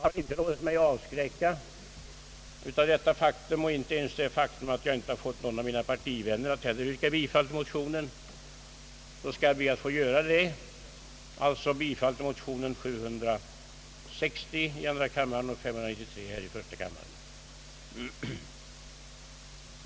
Jag har inte låtit mig avskräckas av detta faktum och inte ens av det faktum att jag inte har fått någon av mina partivänner i utskottet att yrka bifall till motionerna. Jag skall därför yrka bifall till motionerna I: 593 och II: 760.